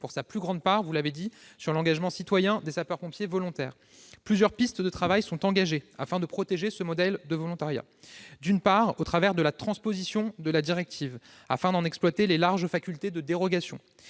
pour sa plus grande part, sur l'engagement citoyen des sapeurs-pompiers volontaires. Plusieurs pistes de travail sont envisagées en vue de protéger ce modèle du volontariat, au travers de la transposition de la directive, d'une part, afin d'en exploiter les larges facultés de dérogation,